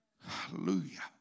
Hallelujah